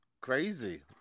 Crazy